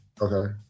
Okay